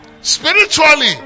spiritually